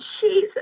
Jesus